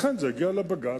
לכן זה הגיע לבג"ץ,